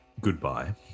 Goodbye